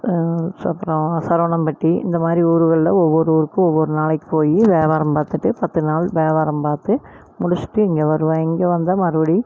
ச அப்புறம் சரவணம்பட்டி இந்தமாதிரி ஊருகள்ல ஒவ்வொரு ஊருக்கும் ஒவ்வொரு நாளைக்கு போய் வியாபாரம் பார்த்துட்டு பத்து நாள் வியாபாரம் பார்த்து முடிச்சிட்டு இங்கே வருவேன் இங்கே வந்தால் மறுபடி